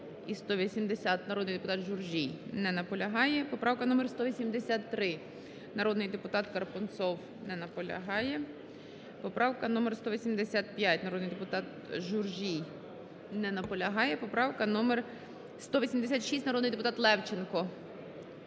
народний депутат Журжій. Не наполягає. Поправка номер 183, народний депутат Карпунцов. Не наполягає. Поправка номер 185, народний депутат Журжій. Не наполягає. Поправка номер 186, народний депутат Левченко.